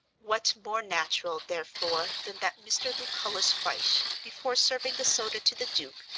what more natural, therefore, than that mr. lucullus fyshe, before serving the soda to the duke,